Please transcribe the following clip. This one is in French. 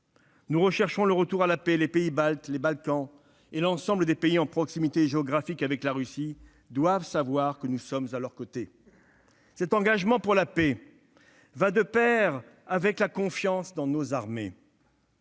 nous recherchons le retour à la paix. Les pays baltes, les Balkans et l'ensemble des pays à proximité géographique de la Russie doivent savoir que nous sommes à leurs côtés. Cet engagement pour la paix va de pair avec la confiance dans nos armées.